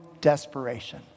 desperation